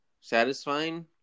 satisfying